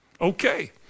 okay